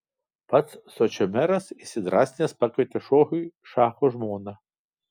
pats sočio meras įsidrąsinęs pakvietė šokiui šacho žmoną